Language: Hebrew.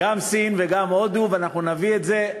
גם סין וגם הודו, ואנחנו נביא את זה.